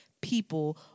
people